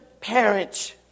parents